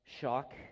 shock